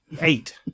Eight